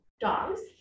dogs